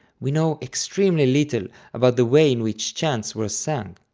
we know extremely little about the way in which chants were sung.